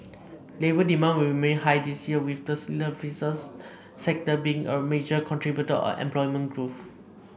labour demand will remain high this year with the services sector being a major contributor of employment growth